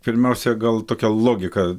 pirmiausia gal tokia logika